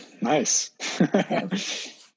Nice